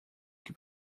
que